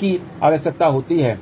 की आवश्यकता होती है